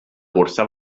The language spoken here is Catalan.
cursa